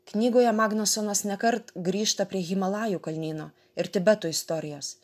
knygoje magnusonas nekart grįžta prie himalajų kalnyno ir tibeto istorijos